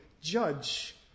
judge